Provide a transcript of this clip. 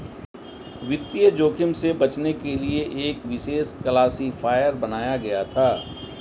वित्तीय जोखिम से बचने के लिए एक विशेष क्लासिफ़ायर बनाया गया था